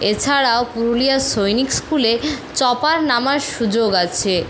এছাড়াও পুরুলিয়ার সৈনিক স্কুলে চপার নামার সুযোগ আছে